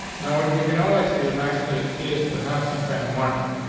now, what we can always do nicely is to have some kind of margin.